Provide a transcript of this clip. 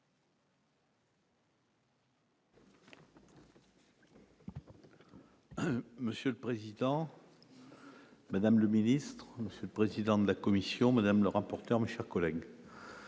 Monsieur le Président, Madame le Ministre, Monsieur le président de la commission Madame le rapporteur mais, chers collègues,